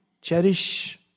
cherish